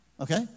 Okay